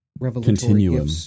continuum